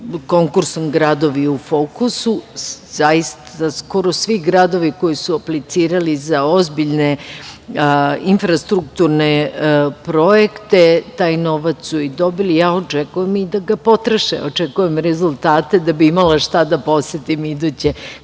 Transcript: konkursom „Gradovi u fokusu“. Zaista, skoro svi gradovi koji su aplicirali za ozbiljne infrastrukturne projekte, taj novac su i dobili i očekujem i da ga potroše. Očekujem rezultate, da bih imala šta da posetim iduće